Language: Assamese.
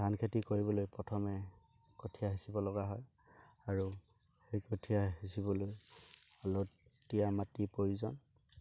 ধান খেতি কৰিবলৈ প্ৰথমে কঠীয়া সিঁচিব লগা হয় আৰু সেই কঠীয়া সিঁচিবলৈ আলতীয়া মাটিৰ প্ৰয়োজন